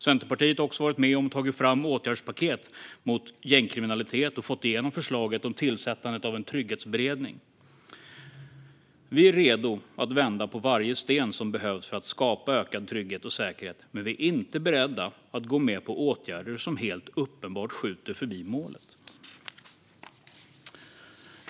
Centerpartiet har också varit med och tagit fram åtgärdspaket mot gängkriminalitet och fått igenom förslaget om tillsättandet av en trygghetsberedning. Vi är redo att vända på varje sten som behövs för att skapa ökad trygghet och säkerhet, men vi är inte beredda att gå med på åtgärder som helt uppenbart skjuter förbi målet.